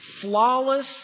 flawless